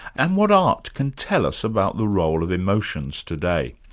and what art can tell us about the role of emotions today.